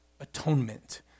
atonement